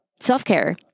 Self-care